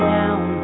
down